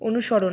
অনুসরণ